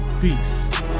Peace